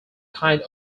kind